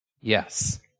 yes